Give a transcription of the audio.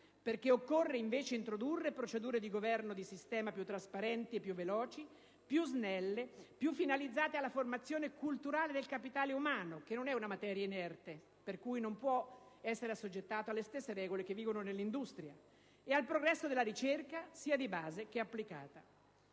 poiché occorre invece introdurre procedure di governo del sistema più trasparenti, più veloci, più snelle e più finalizzate alla formazione culturale del capitale umano (che non è una materia inerte e pertanto non può essere assoggettata alle stesse regole che vigono nell'industria) e al progresso della ricerca, sia di base che applicata.